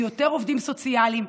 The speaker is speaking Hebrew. יותר עובדים סוציאליים.